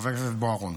חבר הכנסת בוארון,